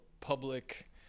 public